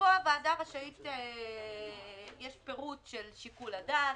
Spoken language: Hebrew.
ופה יש פירוט של שיקול הדעת,